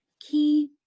key